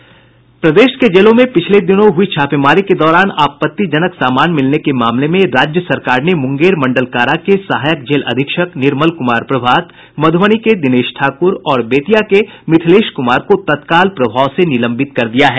प्रदेश के जेलों में पिछले दिनों हुई छापेमारी के दौरान आपत्तिजनक सामान मिलने के मामले में राज्य सरकार ने मुंगेर मंडल कारा के सहायक जेल अधीक्षक निर्मल कुमार प्रभात मधुबनी के दिनेश ठाकुर और बेतिया के मिथिलेश कुमार को तत्काल प्रभाव से निलंबित कर दिया गया है